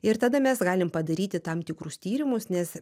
ir tada mes galim padaryti tam tikrus tyrimus nes